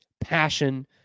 Passion